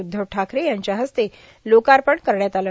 उद्धव ठाकरे यांच्या हस्ते लोकार्पण करण्यात आलं